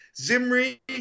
Zimri